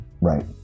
right